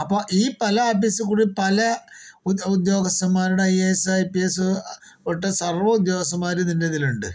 അപ്പൊൾ ഈ പല ആപ്പീസുകൾ കുടി പല ഉദ്യോഗസ്ഥന്മാരുടെ I A S I PS സർവ്വ ഉദ്യോഗസ്ഥന്മാരും ഇതിൻറെ ഇതിൽ ഉണ്ട്